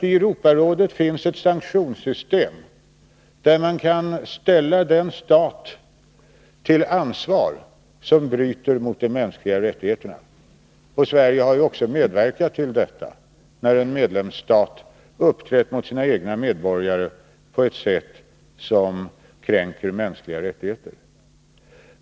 I Europarådet finns ett sanktionssystem, där man kan ställa den stat till ansvar som bryter mot de mänskliga rättigheterna. Sverige har även medverkat till detta, när en medlemsstat uppträtt mot sina egna medborgare på ett sätt som kränkt mänskliga rättigheter.